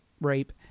rape